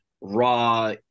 raw